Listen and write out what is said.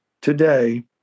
today